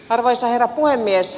arvoisa herra puhemies